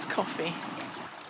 coffee